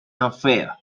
unfair